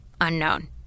unknown